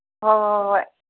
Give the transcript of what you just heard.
ꯍꯣꯏ ꯍꯣꯏ ꯍꯣꯏ ꯍꯣꯏ